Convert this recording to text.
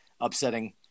upsetting